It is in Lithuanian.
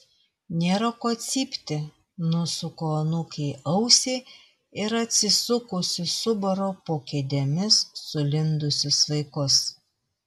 nėra ko cypti nusuku anūkei ausį ir atsisukusi subaru po kėdėmis sulindusius vaikus